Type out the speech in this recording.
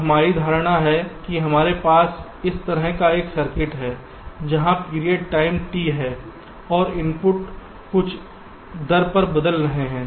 अब हमारी धारणा है कि हमारे पास इस तरह का एक सर्किट है जहां पीरियड टाइम T है और इनपुट कुछ दर पर बदल रहे हैं